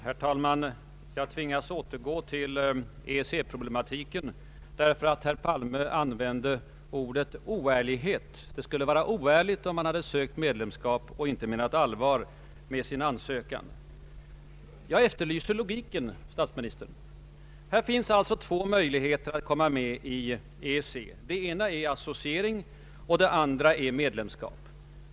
Herr talman! Jag tvingas återgå till EEC-problematiken därför att herr Palme använde ordet oärlighet. Det skulle ha varit oärligt — menade han — om vi hade sökt medlemskap och inte menat allvar med vår ansökan. Jag efterlyser logiken, herr statsminister. Det finns två former för anslutning till EEC. Den ena är associering, och den andra är medlemskap.